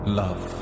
love